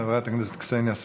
חברת הכנסת קסניה סבטלובה,